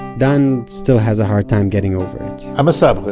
dan still has a hard time getting over it i'm a sabre,